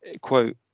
quote